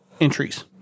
entries